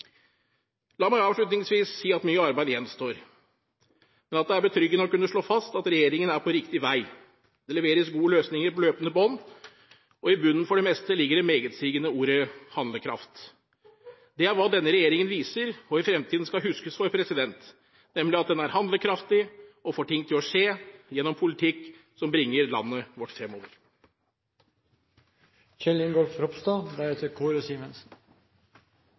La meg avslutningsvis si at mye arbeid gjenstår, men at det er betryggende å kunne slå fast at regjeringen er på riktig vei. Det leveres gode løsninger på løpende bånd, og i bunnen for det meste ligger det megetsigende ordet «handlekraft». Det er hva denne regjeringen viser og i fremtiden skal huskes for, nemlig at den er handlekraftig og får ting til å skje, gjennom politikk som bringer landet vårt fremover.